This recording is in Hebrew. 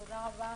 תודה רבה.